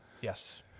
Yes